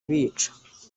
bica